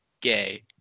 Gay